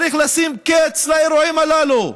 צריך לשים קץ לאירועים הללו.